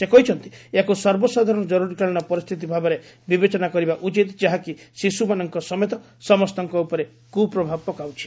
ସେ କହିଛନ୍ତି ଏହାକୁ ସର୍ବସାଧାରଣ କରୁରିକାଳୀନ ପରିସ୍ଥିତି ଭାବରେ ବିବେଚନା କରିବା ଉଚିତ୍ ଯାହାକି ଶିଶୁମାନଙ୍କ ସମେତ ସମସ୍ତଙ୍କ ଉପରେ କୁପ୍ରଭାବ ପକାଉଛି